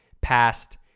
past